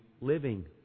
living